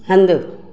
हंधि